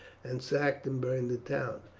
and sacked and burned the town.